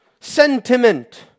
sentiment